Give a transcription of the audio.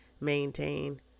maintain